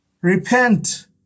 Repent